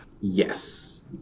Yes